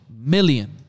million